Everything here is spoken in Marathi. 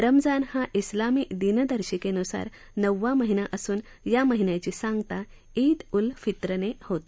रमजान हा उिलामी दिनदशिंकेनुसार नववा महिना असून या महिन्याची सांगता वे उल फित्रनं होते